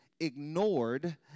ignored